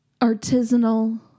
artisanal